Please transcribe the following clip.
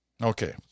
Okay